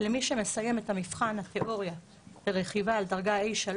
למי שמסיים את מבחן התיאוריה ברכיבה על A3